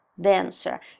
dancer